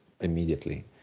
immediately